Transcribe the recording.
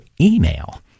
email